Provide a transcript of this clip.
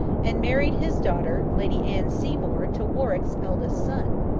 and married his daughter, lady anne seymour, to warwick's eldest son.